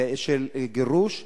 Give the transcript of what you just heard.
לגירוש,